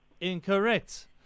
Incorrect